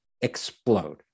explode